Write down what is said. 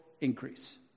increase